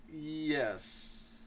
Yes